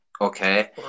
Okay